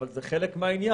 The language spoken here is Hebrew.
אבל זה חלק מהעניין,